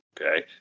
Okay